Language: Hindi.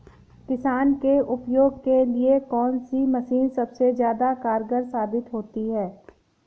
किसान के उपयोग के लिए कौन सी मशीन सबसे ज्यादा कारगर साबित होती है?